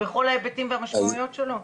על כל ההיבטים והמשמעויות שלו?